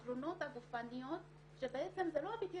התלונות הגופניות שבעצם זה לא PTSD